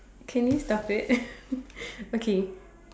can you stop it okay